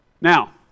Now